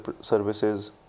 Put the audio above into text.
services